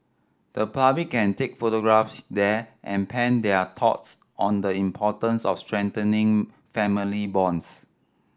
the public can take photographs there and pen their thoughts on the importance of strengthening family bonds